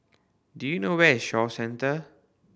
do you know where is Shaw Centre